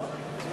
סליחה?